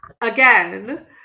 Again